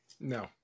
No